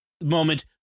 moment